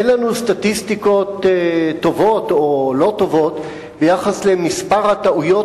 אין לנו סטטיסטיקות טובות או לא טובות ביחס למספר הטעויות